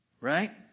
right